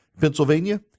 Pennsylvania